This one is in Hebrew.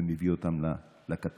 ומביא אותם לקטר.